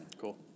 Cool